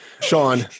sean